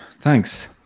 Thanks